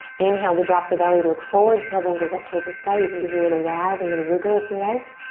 inhale to drop the belly, look forward, tailbone goes up towards the sky. you can give you a little wag, a little wiggle if you like.